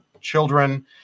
children